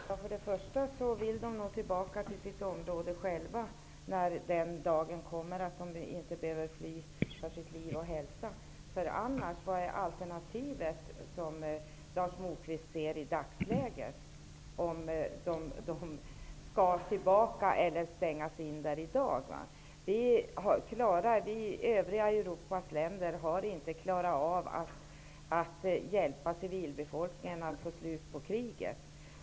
Herr talman! Dessa människor vill nog själva tillbaka till sitt område när den dagen kommer att de inte behöver fly för att rädda sitt liv och sin hälsa. Vad är i så fall alternativet som Lars Moquist ser i dagsläget om de skall sändas tillbaka eller stängas in där? Övriga Europas länder har inte klarat av att hjälpa civilbefolkningen att få slut på kriget.